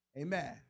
Amen